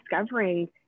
discovering